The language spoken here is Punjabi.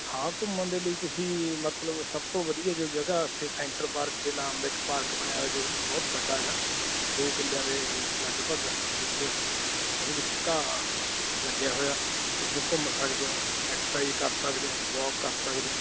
ਹਾਂ ਘੁੰਮਣ ਦੇ ਲਈ ਤੁਸੀਂ ਮਤਲਬ ਸਭ ਤੋਂ ਵਧੀਆ ਜੋ ਜਗ੍ਹਾ ਉੱਥੇ ਸੈਂਟਰ ਪਾਰਕ ਦੇ ਨਾਮ ਦਾ ਇੱਕ ਪਾਰਕ ਬਣਿਆ ਹੋਇਆ ਜਦੋਂ ਕਿ ਬਹੁਤ ਵੱਡਾ ਹੈਗਾ ਦੋ ਕਿੱਲਿਆਂ ਦੇ ਲਗਭਗ ਵਿੱਚ ਉਹਦੇ ਵਿੱਚ ਘਾਹ ਲੱਗਿਆ ਹੋਇਆ ਤੁਸੀਂ ਘੁੰਮ ਸਕਦੇ ਹੋ ਐਕਸਰਸਾਈਜ ਸਕਦੇ ਹੋ ਵੋਕ ਕਰ ਸਕਦੇ ਹੋ